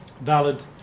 valid